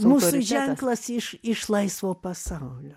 mūsų ženklas iš iš laisvo pasaulio